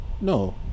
No